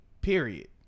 Period